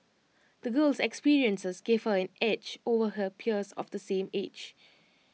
the girl's experiences gave her an edge over her peers of the same age